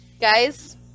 guys